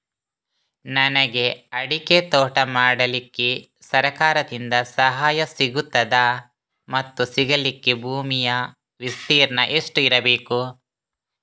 ನನಗೆ ಅಡಿಕೆ ತೋಟ ಮಾಡಲಿಕ್ಕೆ ಸರಕಾರದಿಂದ ಸಹಾಯ ಸಿಗುತ್ತದಾ ಮತ್ತು ಸಿಗಲಿಕ್ಕೆ ಭೂಮಿಯ ವಿಸ್ತೀರ್ಣ ಎಷ್ಟು ಇರಬೇಕು?